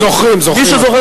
זוכרים, זוכרים.